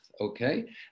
okay